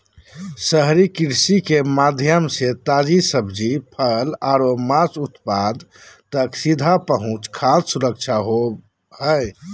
शहरी कृषि के माध्यम से ताजी सब्जि, फल आरो मांस उत्पाद तक सीधा पहुंच खाद्य सुरक्षा होव हई